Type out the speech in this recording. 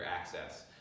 access